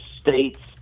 states